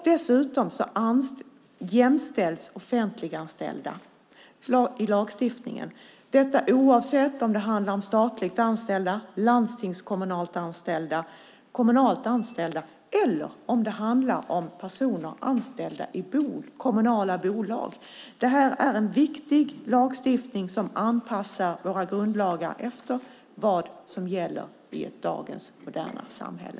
Dessutom jämställs offentliganställda i lagstiftningen, detta oavsett om det handlar om statligt anställda, landstingskommunalt anställda, kommunalt anställda eller personer anställda i kommunala bolag. Det här är en viktig lagstiftning som anpassar våra grundlagar efter vad som gäller i dagens moderna samhälle.